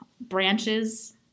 branches